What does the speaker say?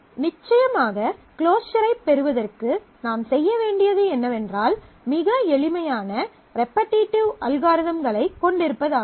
நிச்சயமாக க்ளோஸர் ஐப் பெறுவதற்கு நாம் செய்ய வேண்டியது என்னவென்றால் மிக எளிமையான ரெபெடிட்டிவ் அல்காரிதம்களைக் கொண்டிருப்பதாகும்